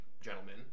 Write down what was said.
gentlemen